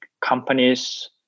companies